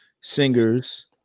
singers